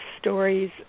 stories